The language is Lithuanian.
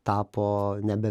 tapo nebe